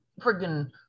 friggin